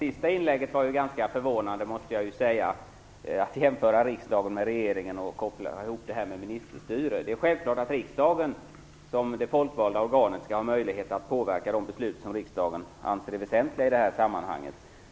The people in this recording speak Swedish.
Herr talman! Det är ganska förvånande att Sverre Palm jämför riksdagen med regeringen och kopplar ihop detta med ministerstyre. Det är självklart att riksdagen, som är det folkvalda organet, skall ha möjlighet att påverka de beslut som riksdagen anser är väsentliga i detta sammanhang.